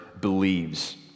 believes